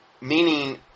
Meaning